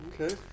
Okay